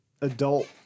adult